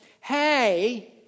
hey